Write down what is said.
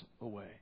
away